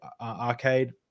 arcade